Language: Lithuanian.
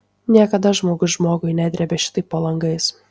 niekada žmogus žmogui nedrėbė šitaip po langais